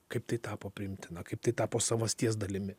kaip tai tapo priimtina kaip tai tapo savasties dalimi